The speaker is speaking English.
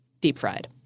deep-fried